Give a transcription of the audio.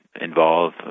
involve